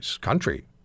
Country